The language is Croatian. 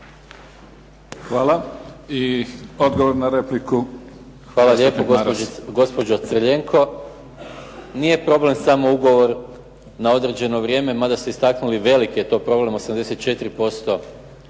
**Maras, Gordan (SDP)** Hvala lijepo. Gospođo Crljenko nije problem samo ugovor na određeno vrijeme mada ste istaknuli velik je to problem 84% svih